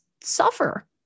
suffer